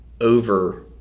over